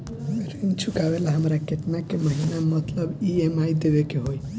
ऋण चुकावेला हमरा केतना के महीना मतलब ई.एम.आई देवे के होई?